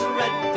red